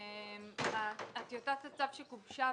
טיוטת הצו שגובשה,